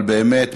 אבל באמת,